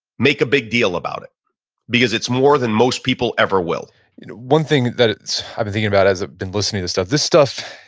make a big deal about it because it's more than most people ever will one thing that i've been thinking about as i've been listening to stuff, this stuff,